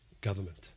government